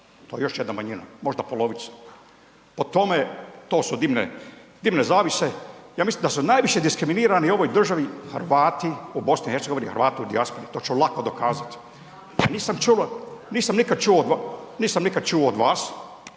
to je još jedna manjina, možda polovica. Po tome to su dimne, dimne zavjese. Ja mislim da su najviše diskriminirani u ovoj državi Hrvati u BiH, Hrvati u dijaspori, to ću lako dokazati. Ja nisam čuo, nisam